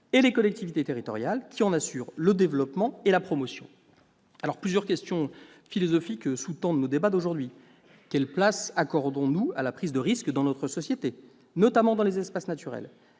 et les collectivités territoriales qui en assurent le développement et la promotion. Plusieurs questions philosophiques sous-tendent nos débats aujourd'hui. Quelle place accordons-nous à la prise de risque dans notre société, notamment dans les espaces naturels ?